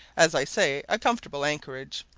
as i say, a comfortable anchorage.